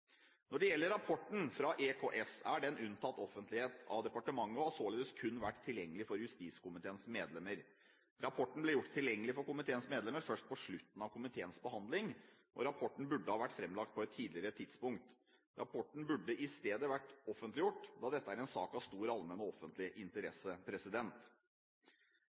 Når det gjelder rapporten fra EKS, er den unntatt offentlighet av departementet og har således kun vært tilgjengelig for justiskomiteens medlemmer. Rapporten ble gjort tilgjengelig for komiteens medlemmer først på slutten av komiteens behandling. Rapporten burde ha vært fremlagt på et tidligere tidspunkt. Rapporten burde i stedet vært offentliggjort, da dette er en sak av stor allmenn og offentlig interesse.